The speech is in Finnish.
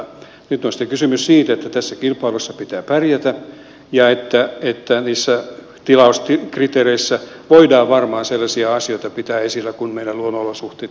nyt on sitten kysymys siitä että tässä kilpailussa pitää pärjätä ja että niissä tilauskriteereissä voidaan varmaan sellaisia asioita pitää esillä kuin meidän luonnonolosuhteet ja niin poispäin